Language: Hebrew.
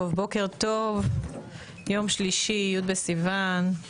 בוקר טוב, יום שלישי י' בסיוון.